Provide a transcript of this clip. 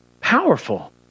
Powerful